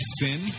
sin